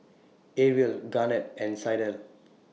Ariel Garnett and Sydell